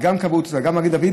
גם של הכבאות וגם של מגן דוד,